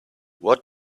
what